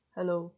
Hello